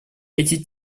эти